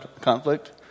conflict